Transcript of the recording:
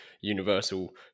universal